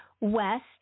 West